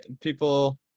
people